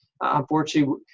unfortunately